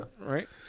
Right